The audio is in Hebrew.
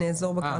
1. "אזור בקרת